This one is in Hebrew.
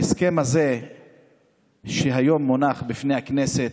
ההסכם הזה שהיום מונח בפני הכנסת,